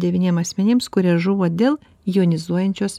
devyniem asmenims kurie žuvo dėl jonizuojančios